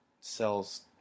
sells